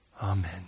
amen